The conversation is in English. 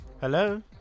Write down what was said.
Hello